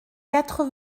quatre